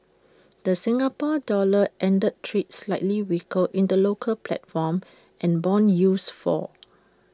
the Singapore dollar ended trade slightly weaker in the local platform and Bond yields fall